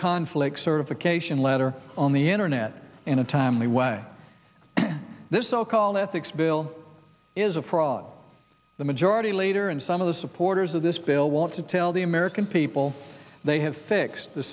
conflicts certification letter on the internet in a timely way this so called ethics bill is a fraud the majority leader and some of the supporters of this bill want to tell the american people they have fixed the